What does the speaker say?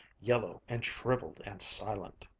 yellow and shriveled and silent.